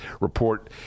report